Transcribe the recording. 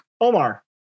Omar